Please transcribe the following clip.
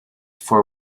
for